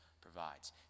provides